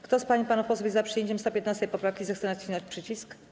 Kto z pań i panów posłów jest za przyjęciem 115. poprawki, zechce nacisnąć przycisk.